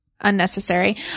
unnecessary